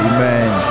Amen